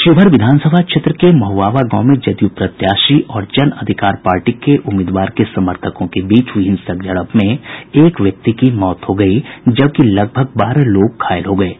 शिवहर विधानसभा क्षेत्र के महुआवा गांव में जदयू प्रत्याशी और जन अधिकार पार्टी के उम्मीदवार के समर्थकों के बीच हुई हिंसक झड़प में एक व्यक्ति की मौत हो गयी जबकि लगभग बारह लोग घायल हो गये हैं